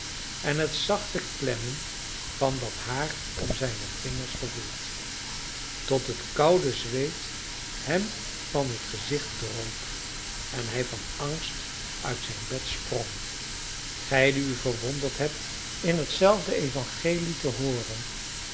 en het zachte klemmen van dat haar om zijne vingers gevoeld tot het koude zweet hem van het gezicht droop en hij van angst uit zijn bed sprong gij die u verwonderd hebt in hetzelfde evangelie te hooren